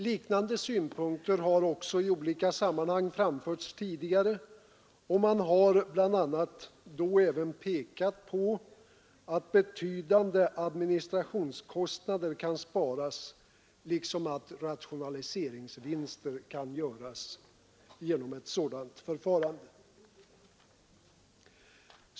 Liknande synpunkter har i olika sammanhang framförts tidigare, och man har bl.a. då även pekat på att betydande administrationskostnader kan sparas liksom att rationaliseringsvinster kan göras genom ett sådant förfarande.